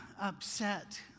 upset